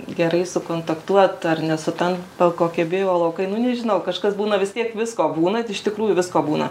gerai sukontaktuot ar nesutampa kokie biolaukai nu nežinau kažkas būna vis tiek visko būna iš tikrųjų visko būna